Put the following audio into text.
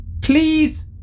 Please